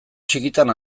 txikitan